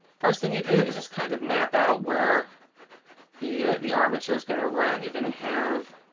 first thing you do is just kind of map out where the the armature is going to run. you're going to have